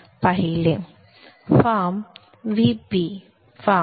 form VP संदर्भ वेळ 1315 form